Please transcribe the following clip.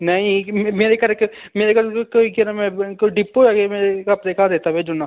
नेईं मेरे घर के मेरे घर कोई केह् नां कोई डिप्पो ऐ के में अपने घर रेत्ता भेज्जी ओड़ना